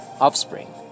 offspring